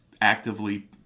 actively